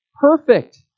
perfect